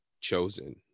chosen